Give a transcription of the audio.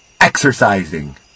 exercising